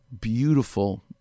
beautiful